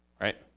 Right